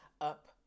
up